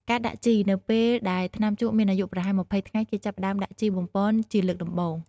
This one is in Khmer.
ការដាក់ជី នៅពេលដែលថ្នាំជក់មានអាយុប្រហែល ២០ ថ្ងៃ គេចាប់ផ្ដើមដាក់ជីបំប៉នជាលើកដំបូង។